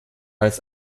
als